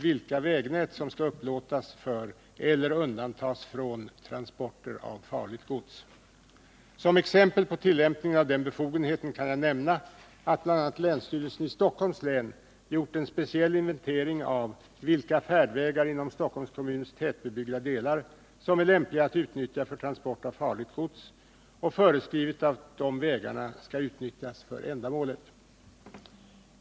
vilka vägnät som skall upplåtas för eller undantas från transporter av farligt gods. Som exempel på tillämpningen av denna befogenhet kan jag nämna att bl.a. länsstyrelsen i Stockholms län gjort en speciell inventering av vilka färdvägar inom Stockholms kommuns tätbebyggda delar som är lämpliga att utnyttja för transport av farligt gods och föreskrivit att dessa vägar skall utnyttjas för ändamålet.